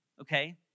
okay